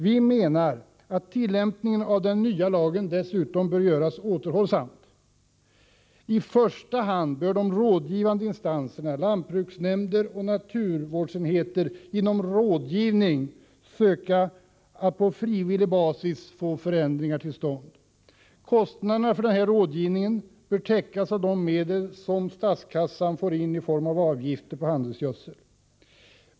Vi menar att tillämpningen av den nya lagen dessutom bör bli återhållsam. I första hand bör de rådgivande instanserna — lantbruksnämnder och naturvårdsenheter — genom rådgivning försöka att på frivillig basis få förändringar till stånd. Kostnaderna för denna rådgivning bör täckas av de medel som statskassan får in i form av avgifter på handelsgödsel.